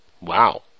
Wow